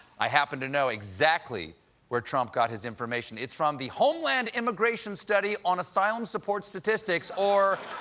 i happen to know exactly where trump got his information. it's from the homeland immigration study on asylum support statistics or.